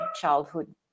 childhood